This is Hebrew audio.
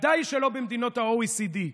ודאי שלא במדינות ה-OECD,